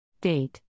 Date